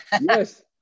yes